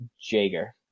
Jager